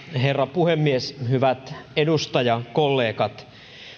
herra puhemies hyvät edustajakollegat